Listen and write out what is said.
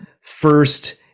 first